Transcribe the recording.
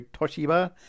Toshiba